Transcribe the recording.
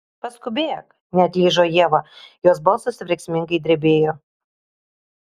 paskubėk neatlyžo ieva jos balsas verksmingai drebėjo